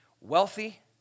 wealthy